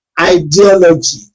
ideology